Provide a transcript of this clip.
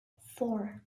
four